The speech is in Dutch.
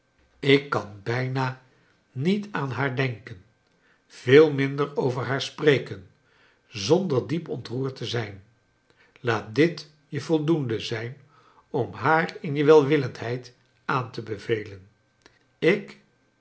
ik kan bijna charles dickens niet aan haar denken veel minder over haar spreken zonder diep ontroerd te zijn laat dit je voldoende zijn om haar in je wlwillendheid aan te bevelen ik